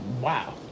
wow